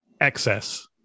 excess